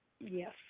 yes